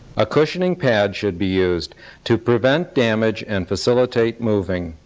a cushioning pad should be used to prevent damage and facilitate moving.